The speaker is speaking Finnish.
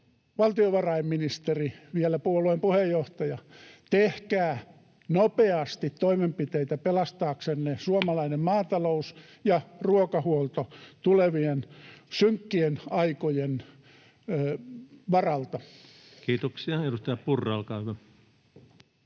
valtiovarainministeri, joka on vielä puolueen puheenjohtaja. Tehkää nopeasti toimenpiteitä pelastaaksenne suomalainen maatalous ja ruokahuolto tulevien synkkien aikojen varalta. Kiitoksia. — Edustaja Purra, olkaa hyvä.